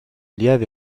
lieve